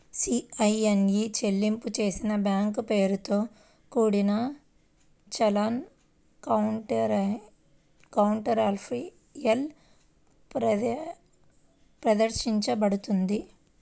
CIN e చెల్లింపు చేసిన bank పేరుతో కూడిన చలాన్ కౌంటర్ఫాయిల్ ప్రదర్శించబడుతుంది